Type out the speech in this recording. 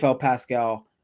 Pascal